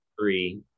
three